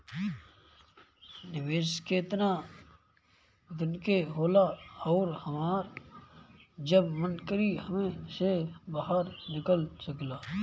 निवेस केतना दिन के होला अउर हमार जब मन करि एमे से बहार निकल सकिला?